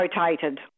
rotated